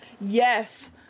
Yes